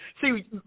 See